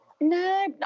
no